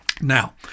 Now